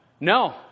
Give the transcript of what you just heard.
No